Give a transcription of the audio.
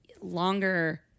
longer